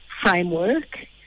framework